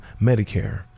Medicare